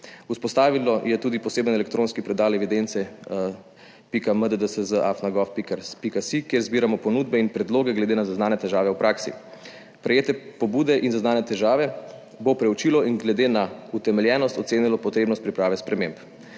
Vzpostavilo je tudi poseben elektronski predal, evidence.mddsz@gov.si, kjer zbiramo ponudbe in predloge glede na zaznane težave v praksi. Prejete pobude in zaznane težave bo preučilo in glede na utemeljenost ocenilo potrebnost priprave sprememb.